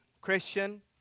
Christian